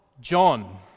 John